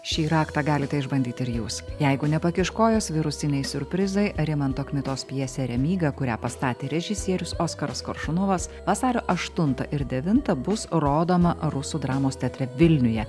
šį raktą galite išbandyt ir jūs jeigu nepakiš kojos virusiniai siurprizai rimanto kmitos pjesė remyga kurią pastatė režisierius oskaras koršunovas vasario aštuntą ir devintą bus rodoma rusų dramos teatre vilniuje